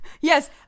Yes